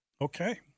Okay